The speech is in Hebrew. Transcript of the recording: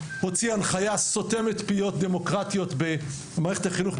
הוציא הנחייה סותמת פיות דמוקרטיות במערכת החינוך,